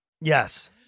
Yes